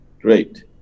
Great